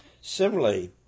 Similarly